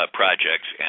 projects